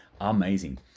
Amazing